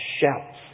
shouts